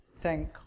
thank